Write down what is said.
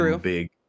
big